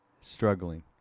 Struggling